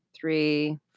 three